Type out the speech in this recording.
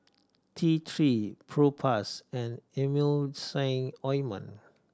T Three Propass and Emulsying Ointment